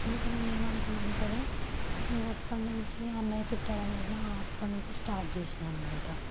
అందుకని నేను అనుకున్నాను కదా ఇంకా అప్పటినుంచి అన్నయ్య తిట్టడం వల్ల అప్పటి నుంచి స్టార్ట్ చేసాను అన్నమాట